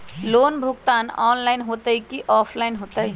Loan भुगतान online होतई कि ऑफलाइन होतई?